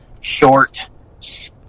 short